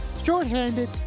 shorthanded